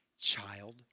child